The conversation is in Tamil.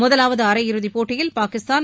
முதலாவது அரையிறுதிப் போட்டியில் பாகிஸ்தான்